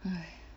!hais!